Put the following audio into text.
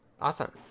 Awesome